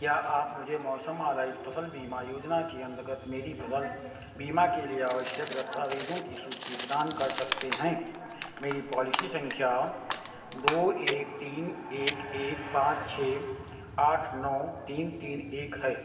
क्या आप मुझे मौसम आधारित फसल बीमा योजना के अंतर्गत मेरी फसल बीमा के लिए आवश्यक दस्तावेज़ों की सूची प्रदान कर सकते हैं मेरी पॉलिसी संख्या दो एक तीन एक एक पाँच छः आठ नौ तीन तीन एक है